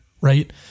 Right